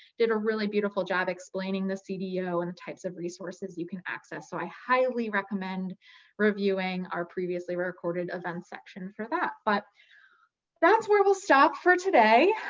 did a really beautiful job explaining the cdo and the types of resources you can access. so i highly recommend reviewing our previously recorded events section for that. but that's where we'll stop for today.